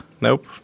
Nope